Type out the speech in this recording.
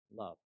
love